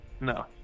no